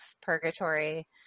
Purgatory